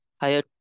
higher